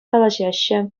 калаҫаҫҫӗ